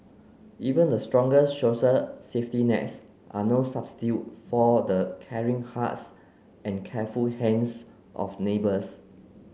even the strongest social safety nets are no substitute for the caring hearts and careful hands of neighbours